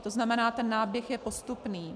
To znamená, ten náběh je postupný.